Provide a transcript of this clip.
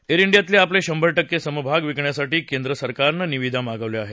air इंडियातले आपले शंभर टक्के समभाग विकण्यासाठी केंद्र सरकारनं निविदा मागवल्या आहेत